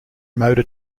motor